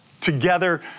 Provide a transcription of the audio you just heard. together